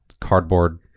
cardboard